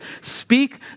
Speak